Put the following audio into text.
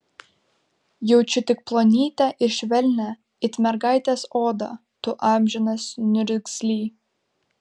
jaučiu tik plonytę ir švelnią it mergaitės odą tu amžinas niurgzly